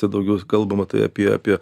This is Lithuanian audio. tad daugiau kalbama tai apie apie